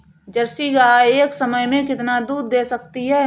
Jersey गाय एक समय में कितना दूध दे सकती है?